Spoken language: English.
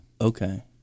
Okay